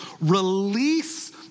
release